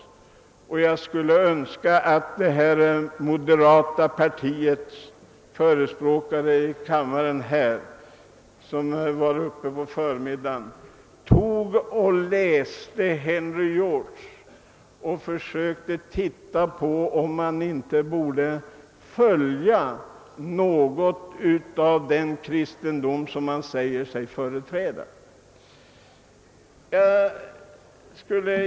Jag skulle önska att moderata partiets förespråkare i kammaren, vilka talade i förmiddags, läste Henry George och försökte tänka över om man inte borde följa något av den kristendom som man säger sig företräda.